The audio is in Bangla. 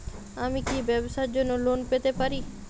আমি কি ব্যবসার জন্য লোন পেতে পারি?